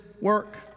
work